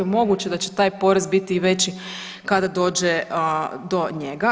Moguće je da će taj porez biti i veći kada dođe do njega.